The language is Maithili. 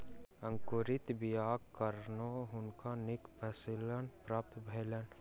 अंकुरित बीयाक कारणें हुनका नीक फसीलक प्राप्ति भेलैन